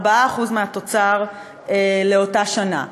4% מהתוצר לאותה שנה.